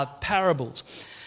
parables